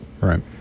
Right